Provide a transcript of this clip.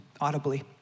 audibly